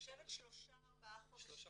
שלושה חודשים.